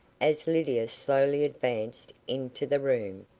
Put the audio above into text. as lydia slowly advanced into the room,